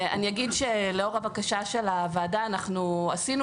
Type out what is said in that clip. אגיד שלאור הבקשה של הוועדה עשינו